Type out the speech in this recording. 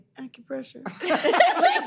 Acupressure